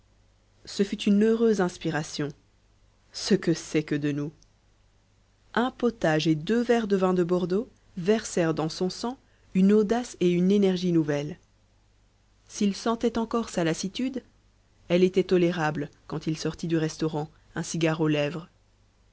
ce fut une heureuse inspiration ce que c'est que de nous un potage et deux verres de vin de bordeaux versèrent dans son sang une audace et une énergie nouvelles s'il sentait encore sa lassitude elle était tolérable quand il sortit du restaurant un cigare aux lèvres